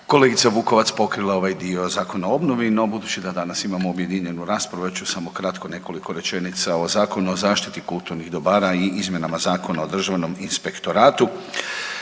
kolegica Vukovac pokrila ovaj dio Zakona o obnovi no budući da danas imamo objedinjenu raspravu ja ću samo kratko nekoliko rečenica o Zakonu o zaštiti kulturnih dobara i izmjenama Zakona o državnom inspektoratu.